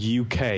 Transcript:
UK